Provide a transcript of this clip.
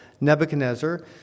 Nebuchadnezzar